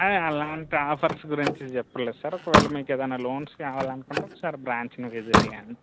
అలాంటి ఆఫర్స్ గురించి చెప్పలేదు సార్ ఒకవేళ మీకు ఏదన్న లోన్స్ కావాలి అనుకుంటే ఒకసారి బ్రాంచ్ని విజిట్ కాండి